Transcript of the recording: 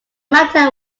matter